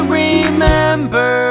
remember